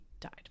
died